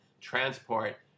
transport